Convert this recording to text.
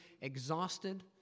exhausted